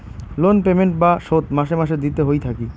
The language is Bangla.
লোন পেমেন্ট বা শোধ মাসে মাসে দিতে হই থাকি